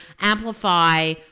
Amplify